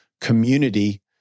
community